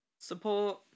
support